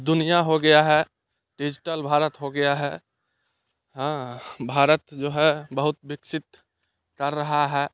दुनिया हो गया है डिजिटल भारत हो गया है हाँ भारत जो है बहुत विकसित कर रहा है